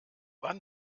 wann